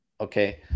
Okay